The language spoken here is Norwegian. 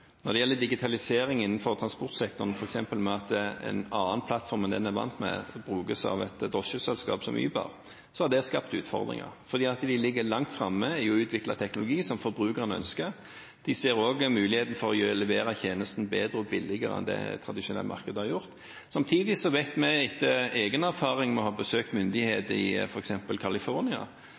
Når det gjelder digitalisering innenfor transportsektoren, f.eks. ved at en annen plattform enn det vi er vant til, brukes av et drosjeselskap som Uber, har det skapt utfordringer fordi de ligger langt framme i å utvikle teknologi som forbrukerne ønsker. De ser også muligheten for å levere tjenesten bedre og billigere enn det tradisjonelle markedet har gjort. Samtidig vet vi, av egen erfaring, etter å ha besøkt myndighetene i